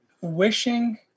wishing